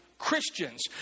Christians